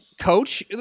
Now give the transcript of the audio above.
Coach